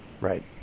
Right